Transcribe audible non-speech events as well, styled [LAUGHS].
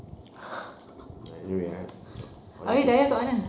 [LAUGHS] habis dayah kat mana